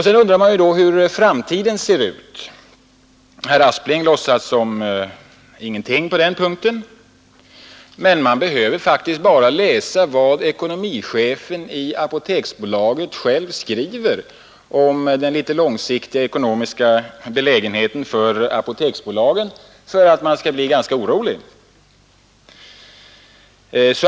Sedan undrar man ju hur framtiden ser ut. Herr Aspling låtsas om ingenting på den punkten, men man behöver faktiskt bara läsa vad ekonomichefen i Apoteksbolaget själv skriver om den långsiktiga ekonomiska belägenheten. Då blir man ganska orolig.